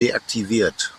deaktiviert